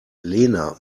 lena